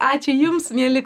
ačiū jums mieli